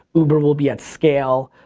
uber will be at scale.